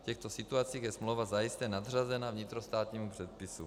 V těchto situacích je smlouva zajisté nadřazena vnitrostátnímu předpisu.